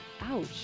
ouch